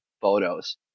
photos